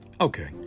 Okay